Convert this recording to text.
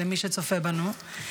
מי שצופה בנו.